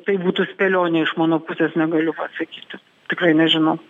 tai būtų spėlionė iš mano pusės negaliu pasakyti tikrai nežinau